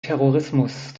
terrorismus